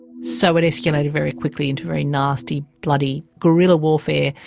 so it escalated very quickly into very nasty, bloody guerrilla warfare,